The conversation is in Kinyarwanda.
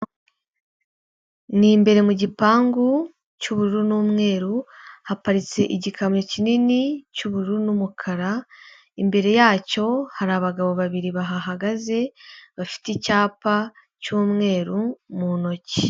Ni imbere mu gipangu cy'ubururu n'umweru, haparitse igikamyo kinini cy'ubururu n'umukara, imbere yacyo hari abagabo babiri bahagaze bafite icyapa cy'umweru mu ntoki.